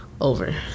over